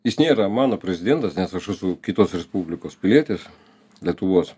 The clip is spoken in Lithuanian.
jis nėra mano prezidentas nes aš esu kitos respublikos pilietis lietuvos